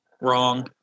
Wrong